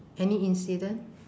any incident